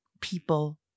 people